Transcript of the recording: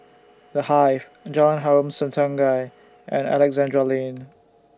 The Hive Jalan Harom Setangkai and Alexandra Lane